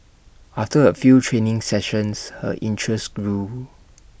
after A few training sessions her interest grew